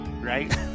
right